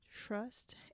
trust